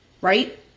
Right